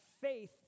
faith